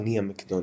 המהפכני המקדוני.